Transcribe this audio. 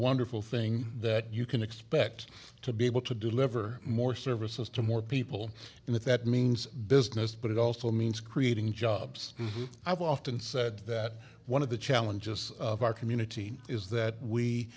wonderful thing that you can expect to be able to deliver more services to more people and if that means business but it also means creating jobs i've often said that one of the challenges of our community is that